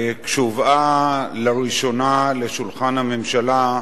כשהובאה לראשונה לשולחן הממשלה,